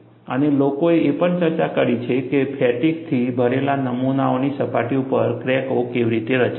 અને લોકોએ એ પણ ચર્ચા કરી છે કે ફેટિગથી ભરેલા નમૂનાઓની સપાટી ઉપર ક્રેકો કેવી રીતે રચાય છે